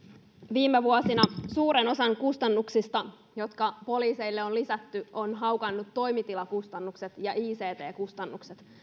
viime vuosina suuren osan kustannuksista jotka poliiseille on lisätty ovat haukanneet toimitilakustannukset ja ict kustannukset